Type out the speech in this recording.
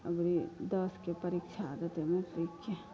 अबरी दश के परीक्षा देतै मेट्रिकके